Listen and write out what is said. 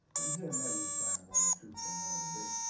and here and there you'd find one or two from one of the big,